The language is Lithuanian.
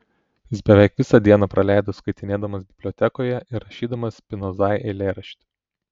jis beveik visą dieną praleido skaitinėdamas bibliotekoje ir rašydamas spinozai eilėraštį